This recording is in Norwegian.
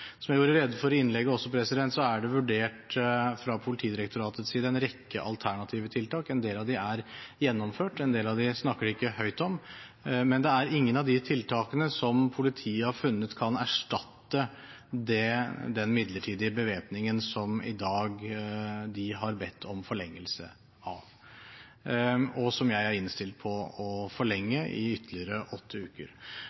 Som jeg gjorde rede for i innlegget, er det vurdert fra Politidirektoratets side en rekke alternative tiltak. En del av dem er gjennomført, en del av dem snakker de ikke høyt om, men ingen av de tiltakene som politiet har funnet, kan erstatte den midlertidige bevæpningen som de i dag har bedt om forlengelse av, og som jeg er innstilt på å forlenge i ytterligere åtte uker.